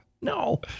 No